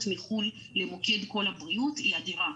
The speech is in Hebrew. מחו"ל למוקד קול הבריאות היא אדירה.